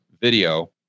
video